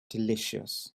delicious